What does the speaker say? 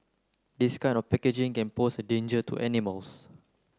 this kind of packaging can pose a danger to animals